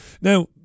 Now